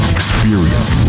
Experience